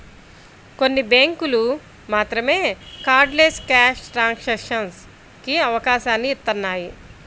కొన్ని బ్యేంకులు మాత్రమే కార్డ్లెస్ క్యాష్ ట్రాన్సాక్షన్స్ కి అవకాశాన్ని ఇత్తన్నాయి